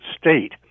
state